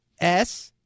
S-